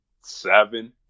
seven